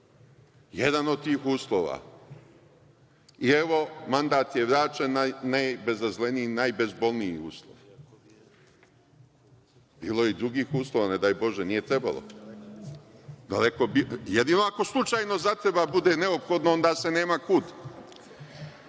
Jedan od tih uslova i evo mandat je vraćen na najbezazleniji, najbezbolniji uslov. Bilo je i drugih uslova, ne daj Bože, nije trebalo, daleko bilo. Jedino ako slučajno zatreba, da bude neophodno, onda se nema kud.